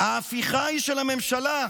ההפיכה היא של הממשלה,